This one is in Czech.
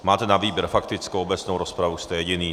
Máte na výběr, faktickou, obecnou rozpravu, jste jediný.